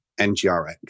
NgRX